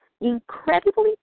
incredibly